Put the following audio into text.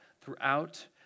throughout